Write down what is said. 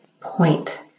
point